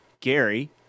Gary